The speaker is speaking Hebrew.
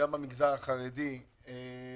הן